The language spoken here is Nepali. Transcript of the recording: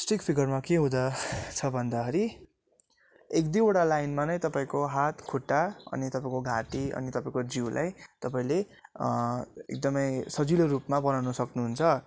स्टिक फिगरमा के हुँदा छ भन्दाखेरि एक दुईवटा लाइनमा नै तपाईँको हात खुट्टा अनि तपाईँको घाँटी तपाईँको जिउलाई तपाईँले एकदमै सजिलो रुपमा बनाउनु सक्नुहुन्छ